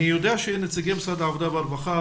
אני יודע שנציגי משרד העבודה והרווחה,